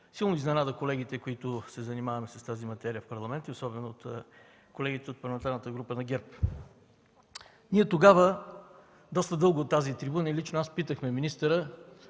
силно изненада колегите, които се занимаваме с тази материя в Парламента, особено колегите от Парламентарната група на ГЕРБ. Тогава ние доста дълго от тази трибуна и лично аз питахме министъра